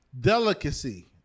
delicacy